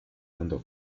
dando